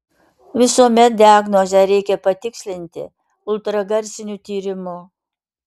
visuomet diagnozę reikia patikslinti ultragarsiniu tyrimu